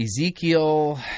ezekiel